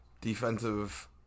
defensive –